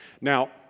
Now